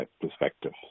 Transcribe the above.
perspective